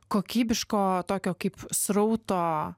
kokybiško tokio kaip srauto